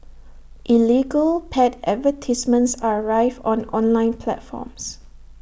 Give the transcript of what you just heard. illegal pet advertisements are rife on online platforms